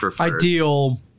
ideal